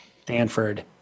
Stanford